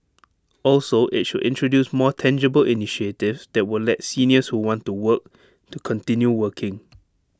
also IT should introduce more tangible initiatives that will let seniors who want to work to continue working